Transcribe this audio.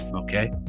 Okay